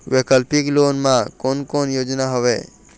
वैकल्पिक लोन मा कोन कोन योजना हवए?